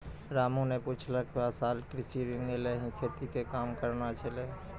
रामू न पिछला साल कृषि ऋण लैकॅ ही खेती के काम करनॅ छेलै